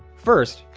first,